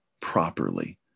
properly